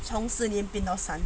从四年变到三